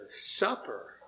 supper